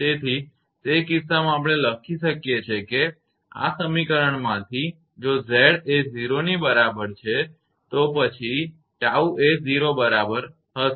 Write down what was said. તેથી તે કિસ્સામાં આપણે લખી શકીએ છીએ કે આ સમીકરણમાંથી જો Z એ 0 ની બરાબર છે તો પછી 𝜏 એ 0 બરાબર હશે